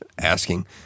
asking